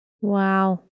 Wow